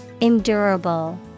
Endurable